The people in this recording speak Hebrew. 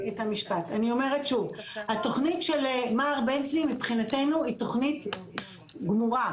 אני אומרת שוב: התוכנית של מע"ר בן צבי מבחינתנו היא תוכנית גמורה.